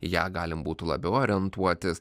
į ją galima būtų labiau orientuotis